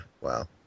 wow